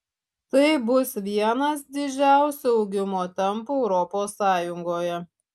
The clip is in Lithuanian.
tai bus vienas didžiausių augimo tempų europos sąjungoje